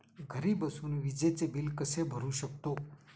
घरी बसून विजेचे बिल कसे भरू शकतो?